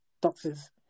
doctors